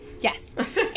yes